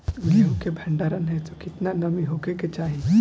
गेहूं के भंडारन हेतू कितना नमी होखे के चाहि?